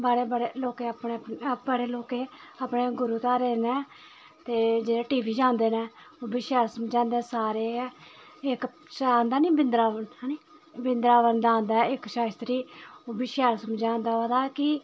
बड़े बड़े लोकें अपने बड़े लोकें अपने गुरु धारे न ते जेह्ड़े वी च आंदे न ओह् बी शैल समझांदे सारे गै इक आंदा नी वृंद्रवन वृंद्रवन दा आंदा ऐ इक शास्त्री ओह् बी शैल समझांदा ओह्दा कि